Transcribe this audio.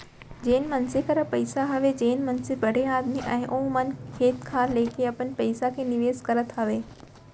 जेन मनसे करा पइसा हवय जेन मनसे बड़े आदमी अय ओ मन खेत खार लेके अपन पइसा के निवेस करत हावय